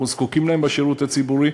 אנחנו זקוקים להם בשירות הציבורי,